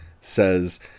says